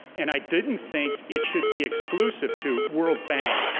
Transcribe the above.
and i didn't think it should be exclusive to world bank,